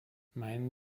meinen